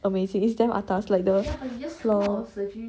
amazing it's damn atas like the floor